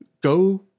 Go